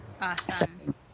Awesome